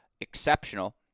exceptional